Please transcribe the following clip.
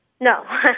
No